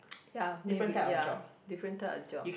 ya maybe ya different type of job